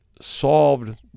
solved